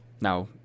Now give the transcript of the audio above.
Now